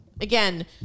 Again